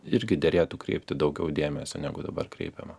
irgi derėtų kreipti daugiau dėmesio negu dabar kreipiama